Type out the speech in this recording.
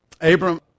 Abram